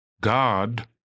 God